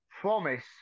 promise